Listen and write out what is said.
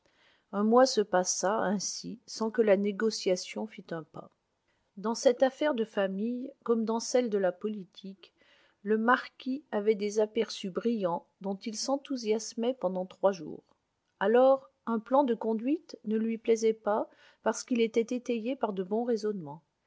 un mois se passa ainsi sans que le négociation fît un pas dans cette affaire de famille comme dans celles de la politique le marquis avait des aperçus brillants dont il s'enthousiasmait pendant trois jours alors un plan de conduite ne lui plaisait pas parce qu'il était étayé par de bons raisonnements